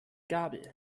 gabel